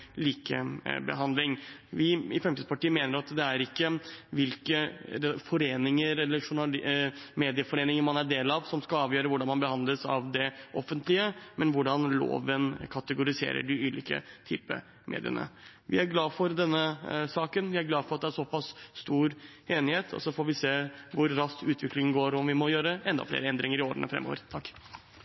likebehandling. Vi i Fremskrittspartiet mener at det ikke er hvilke medieforeninger man er en del av, som skal avgjøre hvordan man skal behandles av det offentlige, men hvordan loven kategoriserer de ulike typene medier. Vi er glad for denne saken. Vi er glad for at det er såpass stor enighet. Så får vi se hvor raskt utviklingen går, og om vi må gjøre enda flere endringer i årene